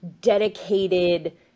dedicated